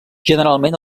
generalment